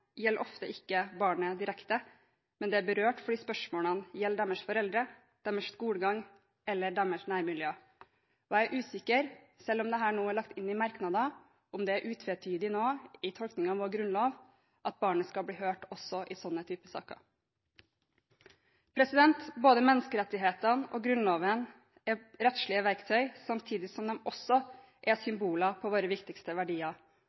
gjelder ofte ikke barnet direkte, men det er berørt, fordi spørsmålene gjelder dets foreldre, dets skolegang eller dets nærmiljø. Jeg er usikker på – selv om dette nå er lagt inn som merknader – om det nå er utvetydig i tolkningen av vår grunnlov at barnet skal bli hørt også i slike typer saker. Både menneskerettighetene og Grunnloven er rettslige verktøy, samtidig som de også er symboler på våre viktigste verdier,